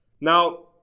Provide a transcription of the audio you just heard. Now